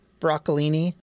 broccolini